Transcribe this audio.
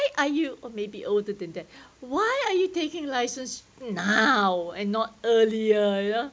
are you or maybe older than that why are you taking license now and not earlier